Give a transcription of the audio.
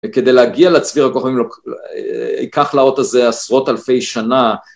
וכדי להגיע לצביר הכוכבים ייקח לאות הזה עשרות אלפי שנה.